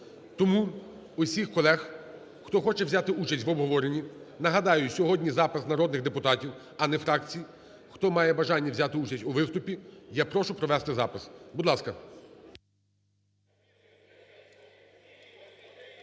Тому усіх колег, хто хоче взяти участь в обговоренні, нагадаю, сьогодні запис народних депутатів, а не фракцій, хто має бажання взяти участь у виступі, я прошу провести запис. Будь ласка.